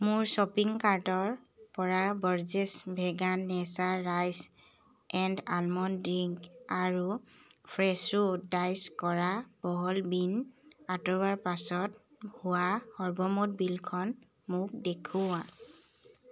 মোৰ শ্ব'পিং কাৰ্টৰপৰা Borges vegan nature rice and almond drink আৰু ফ্ৰেছো ডাইচ কৰা বহল বীন আঁতৰোৱাৰ পাছত হোৱা সৰ্বমুঠ বিলখন মোক দেখুওৱা